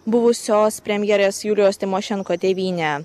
buvusios premjerės julijos tymošenko tėvynė